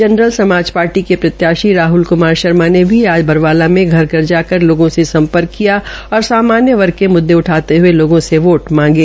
general Samaj party के प्रतयाशी राहल कुमार शर्मा ने भी आज बरवाला में घर धर जाकर लोगों से सम्पर्क किया और सामान्य वर्ग के मुददे उठाते हये लोगों से वोट मांगे